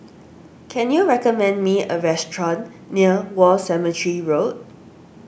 can you recommend me a restaurant near War Cemetery Road